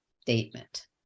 statement